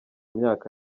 myaka